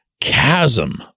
chasm